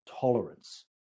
tolerance